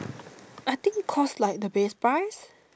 I think cause like the base price